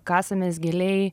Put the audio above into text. kasamės giliai